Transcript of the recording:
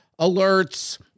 alerts